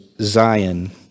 Zion